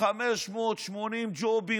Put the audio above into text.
580 ג'ובים,